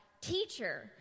Teacher